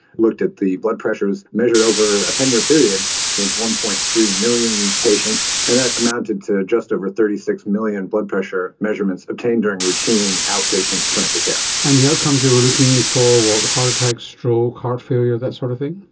looked at the blood pressures measured over a ten year period in one. three million patients, and that amounted to just over thirty six million blood pressure measurements obtained during routine outpatient clinical care. and the outcomes you were looking for were heart attack, stroke, heart failure, that sort of thing?